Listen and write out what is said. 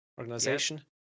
organization